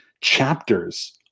chapters